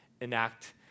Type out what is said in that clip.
enact